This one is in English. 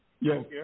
yes